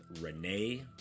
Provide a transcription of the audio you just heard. Renee